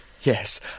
Yes